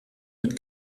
mit